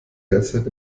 derzeit